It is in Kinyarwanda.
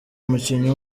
umukinnyi